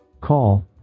Call